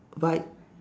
vibe